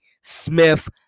Smith